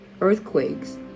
earthquakes